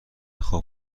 خواب